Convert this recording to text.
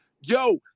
Yo